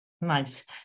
Nice